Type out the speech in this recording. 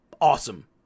Awesome